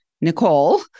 Nicole